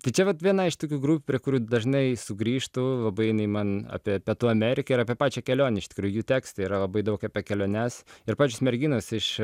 tai čia vat viena iš tokių grupių prie kurių dažnai sugrįžtu labai jinai man apie pietų ameriką ir apie pačią kelionę iš tikrųjų jų tekstai yra labai daug apie keliones ir pačios merginos iš